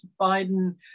Biden